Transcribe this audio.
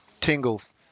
tingles